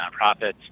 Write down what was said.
nonprofits